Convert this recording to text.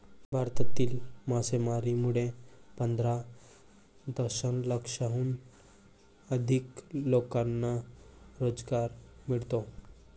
भारतातील मासेमारीमुळे पंधरा दशलक्षाहून अधिक लोकांना रोजगार मिळतो